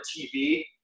tv